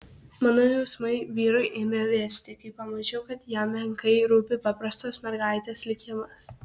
mano jausmai vyrui ėmė vėsti kai pamačiau kad jam menkai rūpi paprastos mergaitės likimas